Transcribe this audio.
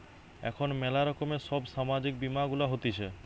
এখন ম্যালা রকমের সব সামাজিক বীমা গুলা হতিছে